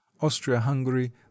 Austria-Hungary